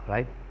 Right